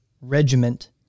regiment